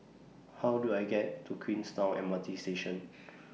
How Do I get to Queenstown M R T Station